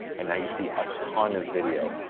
and now you see a ton of video.